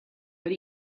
but